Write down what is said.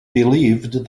believed